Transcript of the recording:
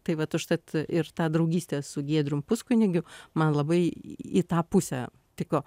tai vat užtat ir tą draugystę su giedrium puskunigiu man labai į tą pusę tiko